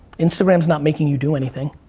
instagram's not making you do anything,